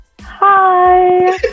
hi